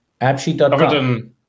AppSheet.com